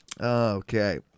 Okay